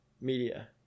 Media